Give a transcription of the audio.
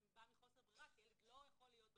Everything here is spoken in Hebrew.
זה בא מחוסר ברירה כי הילד לא יכול להיות בבית.